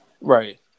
Right